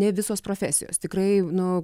ne visos profesijos tikrai nu